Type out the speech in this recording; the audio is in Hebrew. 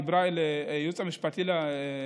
דיברה אל היועץ המשפטי לממשלה,